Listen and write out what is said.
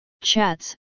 chats